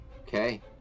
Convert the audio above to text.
Okay